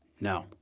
No